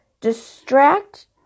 distract